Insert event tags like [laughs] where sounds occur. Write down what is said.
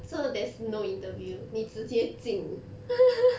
so there's no interview 你直接进 [laughs]